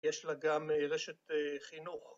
‫יש לה גם רשת חינוך.